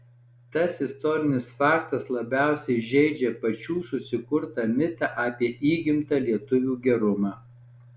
tas istorinis faktas labiausiai žeidžia pačių susikurtą mitą apie įgimtą lietuvių gerumą